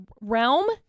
realm